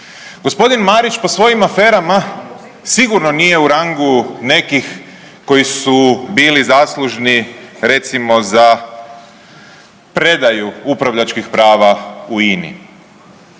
Gospodin Marić po svojim aferama sigurno je u rangu nekih koji su bili zaslužni recimo za predaju upravljačkih prava u INA-i.